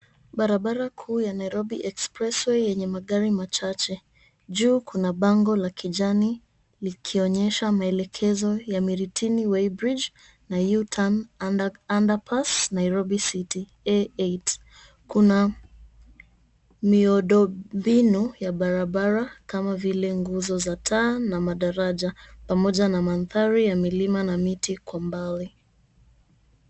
Barabara kuu ya Nairobi Express Way yenye magari machache. Juu kuna bango la kijani likionyesha maelekezo ya Miritini Weighbridge na U-turn underpass Nairobi City A8. Kuna miundombinu ya barabara kama vile nguzo za taa na madaraja pamoja na mandhari ya milima na miti kwa mbali.